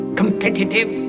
competitive